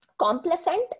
complacent